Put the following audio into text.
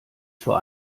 zur